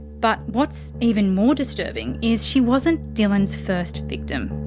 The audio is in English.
but what's even more disturbing is, she wasn't dylan's first victim.